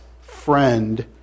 friend